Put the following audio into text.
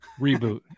Reboot